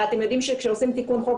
אתם יודעים שכאשר עושים תיקון חוק,